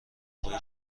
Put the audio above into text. موقع